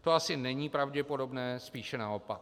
To asi není pravděpodobné, spíše naopak.